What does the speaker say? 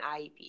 IEP